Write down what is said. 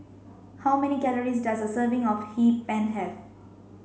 how many calories does a serving of Hee Pan have